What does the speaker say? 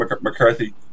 McCarthy